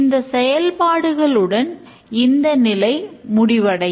இந்த செயல்களுடன் இந்த நிலை முடிவடையும்